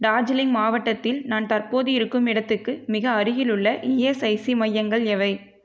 டார்ஜிலிங் மாவட்டத்தில் நான் தற்போது இருக்கும் இடத்துக்கு மிக அருகிலுள்ள இஎஸ்ஐசி மையங்கள் எவை